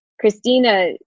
Christina